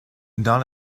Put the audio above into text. dans